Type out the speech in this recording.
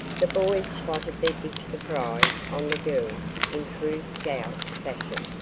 the boys plotted their big surprise on the girls in true scout fashion.